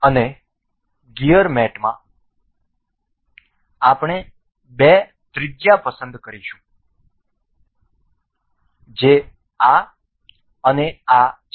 અને ગિઅર મેટમાં અમે બે ત્રિજ્યા પસંદ કરીશું જે આ અને આ છે